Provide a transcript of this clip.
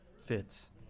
fits